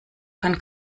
kann